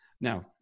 Now